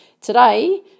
today